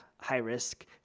high-risk